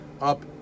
up